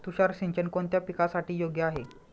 तुषार सिंचन कोणत्या पिकासाठी योग्य आहे?